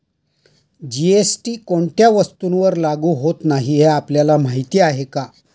GST कोणत्या वस्तूंवर लागू होत नाही हे आपल्याला माहीत आहे का?